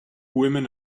women